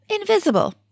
invisible